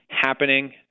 happening